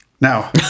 Now